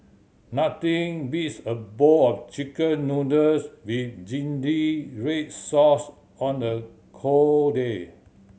nothing beats a bowl of Chicken Noodles with zingy red sauce on a cold day